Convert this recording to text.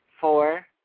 four